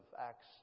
Acts